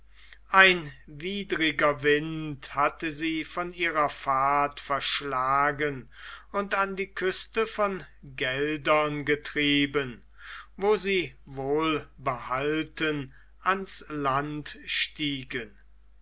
ein widriger wind hatte sie von ihrer fahrt verschlagen und an die küste von geldern getrieben wo sie wohlbehalten ans land stiegen